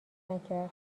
نکرد